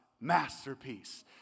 masterpiece